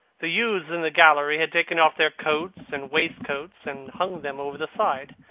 the youths in the gallery had taken off their coats and waistcoats and hung them over the side.